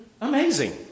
Amazing